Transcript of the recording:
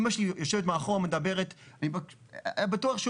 אמא שלי יושבת מאחורה מדברת "בטוח שהוא